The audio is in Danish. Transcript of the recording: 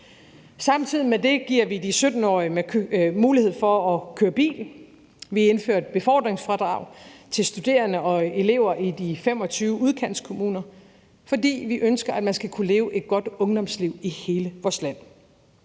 Samtidig med det giver vi de 17-årige mulighed for at køre bil. Vi indfører et befordringsfradrag til studerende og elever i de 25 udkantskommuner, fordi vi ønsker, at man skal kunne leve et godt liv i hele vores land.